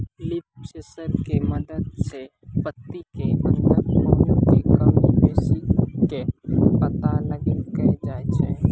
leaf sensor के मदद सॅ पत्ती के अंदर पानी के कमी बेसी के पता लगैलो जाय छै